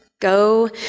Go